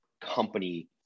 company